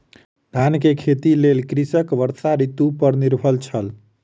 धानक खेती के लेल कृषक वर्षा ऋतू पर निर्भर छल